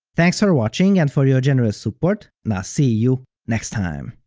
thanks for watching and for your generous support, and i'll see you next time!